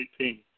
2018